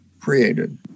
created